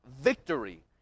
victory